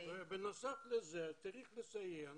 בנוסף לזה צריך לציין